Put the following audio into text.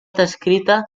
descrita